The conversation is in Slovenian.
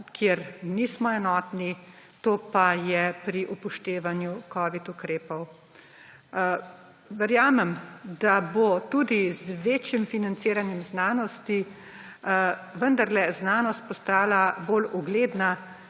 kjer nismo enotni, to pa je pri upoštevanju covid ukrepov. Verjamem, da bo tudi z večjim financiranjem znanosti vendarle znanost postala bolj ugledna